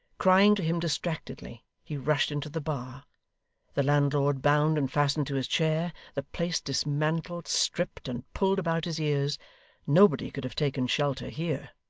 crying to him distractedly, he rushed into the bar the landlord bound and fastened to his chair the place dismantled, stripped, and pulled about his ears nobody could have taken shelter here.